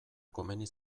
komeni